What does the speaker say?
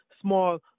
small